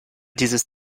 dieses